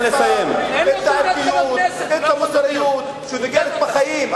את הערכיות, את המוסריות שדוגלת בחיים.